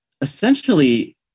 Essentially